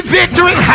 victory